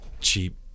cheap